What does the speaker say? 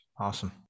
awesome